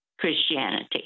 Christianity